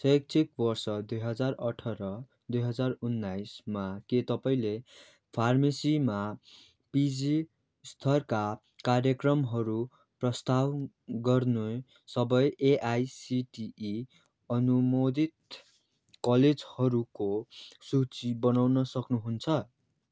शैक्षिक वर्ष दुई हजार अठार दुई हजार उन्नाइसमा के तपाईँँले फार्मेसीमा पिजी स्तरका कार्यक्रमहरू प्रस्ताव गर्ने सबै एआइसिटिई अनुमोदित कलेजहरूको सूची बनाउन सक्नुहुन्छ